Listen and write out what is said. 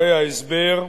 הרי ההסבר: